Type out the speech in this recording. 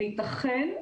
וייתכן,